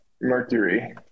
Mercury